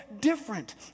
different